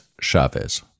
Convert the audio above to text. Chavez